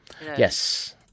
Yes